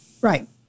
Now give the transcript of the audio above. right